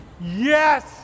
Yes